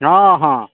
हँ हँ